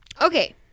Okay